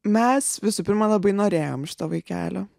mes visų pirma labai norėjom vaikelio